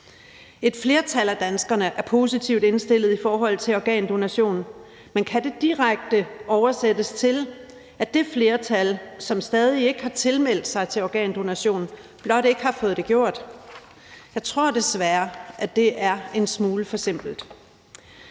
Et flertal af danskerne er positivt indstillede i forhold til organdonation, men kan det direkte oversættes til, at det flertal, som stadig ikke har tilmeldt sig organdonation, blot ikke har fået det gjort? Jeg tror desværre, at det er en smule forsimplet.